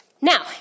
Now